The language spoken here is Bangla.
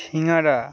শিঙারা